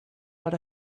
but